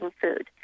food